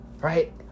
right